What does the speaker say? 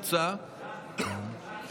ההצבעה מבקשת לקבוע מגבלה, כפי